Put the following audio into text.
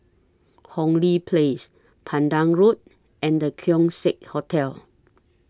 Hong Lee Place Pandan Road and The Keong Saik Hotel